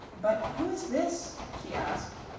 but who is this? she asked,